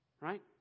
Right